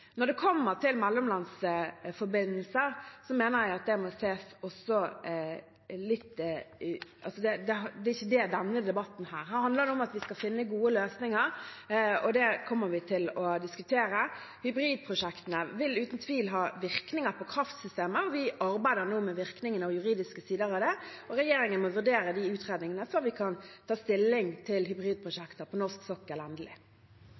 Når det gjelder mellomlandsforbindelser, mener jeg at det ikke er det denne debatten handler om. Her handler det om at vi skal finne gode løsninger, og det kommer vi til å diskutere. Hybridprosjektene vil uten tvil ha virkninger på kraftsystemet. Vi arbeider nå med virkningene og juridiske sider ved det, og regjeringen må vurdere de utredningene før vi kan ta endelig stilling til hybridprosjekter på norsk sokkel.